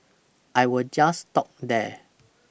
I will just stop there